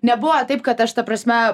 nebuvo taip kad aš ta prasme